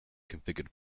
configured